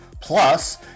Plus